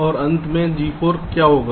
और अंत में G4 क्या होगा